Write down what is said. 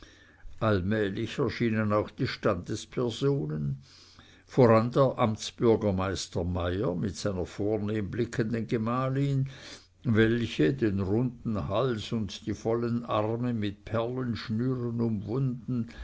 allmählich erschienen auch die standespersonen voran der amtsbürgermeister meyer mit seiner vornehm blickenden gemahlin welche den runden hals und die vollen arme mit perlenschnüren umwunden